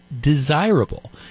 desirable